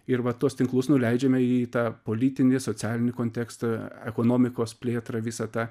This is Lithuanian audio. ir va tuos tinklus nuleidžiame į tą politinį socialinį kontekstą ekonomikos plėtrą visą tą